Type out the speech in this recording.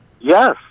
Yes